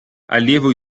allievo